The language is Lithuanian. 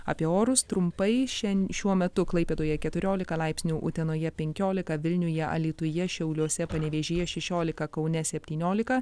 apie orus trumpai šen šiuo metu klaipėdoje keturiolika laipsnių utenoje penkiolika vilniuje alytuje šiauliuose panevėžyje šešiolika kaune septyniolika